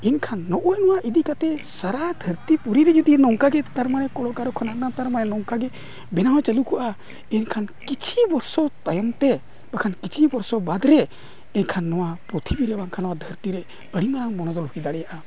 ᱮᱱᱠᱷᱟᱱ ᱱᱚᱜᱼᱚᱭ ᱱᱚᱣᱟ ᱤᱫᱤ ᱠᱟᱛᱮᱫ ᱥᱟᱨᱟ ᱫᱷᱟᱹᱨᱛᱤ ᱯᱩᱨᱤᱨᱮ ᱡᱩᱫᱤ ᱱᱚᱝᱠᱟ ᱜᱮ ᱛᱟᱨᱢᱟᱱᱮ ᱠᱚᱞᱼᱠᱟᱨᱠᱷᱟᱱᱟ ᱛᱟᱨᱢᱟᱱᱮ ᱱᱚᱝᱠᱟ ᱜᱮ ᱵᱮᱱᱟᱣ ᱪᱟᱹᱞᱩ ᱠᱚᱜᱼᱟ ᱮᱱᱠᱷᱟᱱ ᱠᱤᱪᱷᱤ ᱵᱚᱨᱥᱚ ᱛᱟᱭᱚᱢᱛᱮ ᱵᱟᱠᱷᱟᱱ ᱠᱤᱪᱷᱤ ᱵᱚᱨᱥᱚ ᱵᱟᱫᱽ ᱨᱮ ᱮᱱᱠᱷᱟᱱ ᱱᱚᱣᱟ ᱯᱨᱤᱛᱷᱤᱵᱤᱨᱮ ᱵᱟᱝ ᱠᱷᱟᱱ ᱱᱚᱣᱟ ᱫᱷᱟᱹᱨᱛᱤ ᱨᱮ ᱟᱹᱰᱤ ᱢᱟᱨᱟᱝ ᱵᱚᱱᱚᱫᱚᱞ ᱦᱩᱭ ᱫᱟᱲᱮᱭᱟᱜᱼᱟ